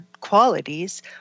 qualities